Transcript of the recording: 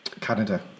Canada